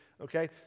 Okay